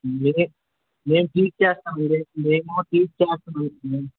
మీరే మేము టీచ్ చేస్తాండి మేము టీచ్ చేస్తాము